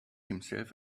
himself